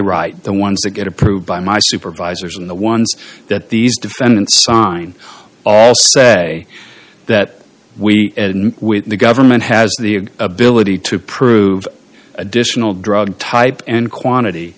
write the ones that get approved by my supervisors in the ones that these defendants sign also say that we with the government has the ability to prove additional drug type and quantity